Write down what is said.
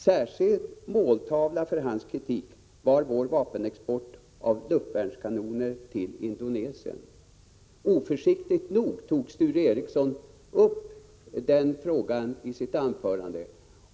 Särskild måltavla för hans kritik var vår export av luftvärnskanoner till Indonesien. Oförsiktigt nog tog Sture Ericson upp den frågan i sitt anförande.